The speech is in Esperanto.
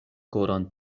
koron